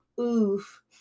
oof